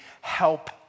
help